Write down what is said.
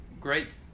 great